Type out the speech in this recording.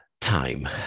time